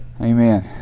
Amen